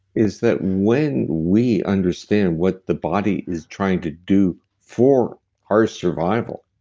is that when we understand what the body is trying to do for our survival,